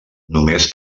només